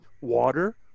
water